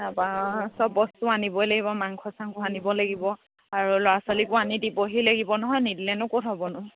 তাৰপৰা সব বস্তু আনিবই লাগিব মাংস চাংস আনিব লাগিব আৰু ল'ৰা ছোৱালীকো আনি দিবহি লাগিব নহয় নিদিলেনো ক'ত হ'বনো